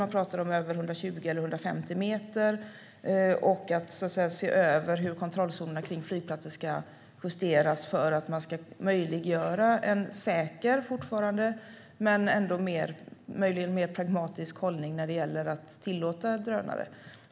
Man pratar om över 120 eller 150 meter och att se över hur kontrollzonerna kring flygplatser ska justeras för att möjliggöra en fortfarande säker situation men möjligen mer pragmatisk hållning när det gäller att tillåta drönare.